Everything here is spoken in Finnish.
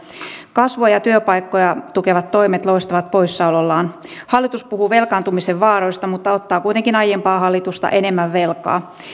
kasvua ja työpaikkoja tukevat toimet loistavat poissaolollaan hallitus puhuu velkaantumisen vaaroista mutta ottaa kuitenkin aiempaa hallitusta enemmän velkaa